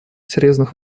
серьезных